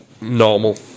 normal